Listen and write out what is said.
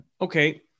Okay